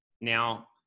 Now